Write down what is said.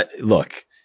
Look